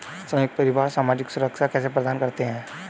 संयुक्त परिवार सामाजिक सुरक्षा कैसे प्रदान करते हैं?